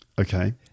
Okay